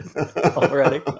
already